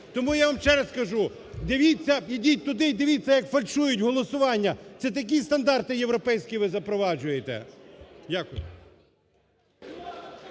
Тому я вам ще раз скажу, дивіться, ідіть туди і дивіться, як фальшують голосування. Це такі стандарти європейські ви запроваджуєте.